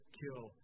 kill